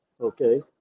Okay